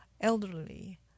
elderly